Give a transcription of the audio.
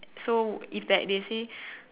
so if that they say